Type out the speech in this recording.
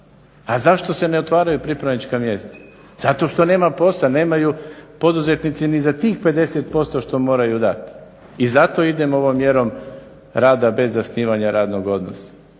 A zašto se ne otvaraju pripravnička mjesta? Zato što nema posla, nemaju poduzetnici ni za tih 50% što moraju dat. I zato idemo ovom mjerom rada bez zasnivanja radnog odnosa.